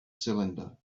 cylinder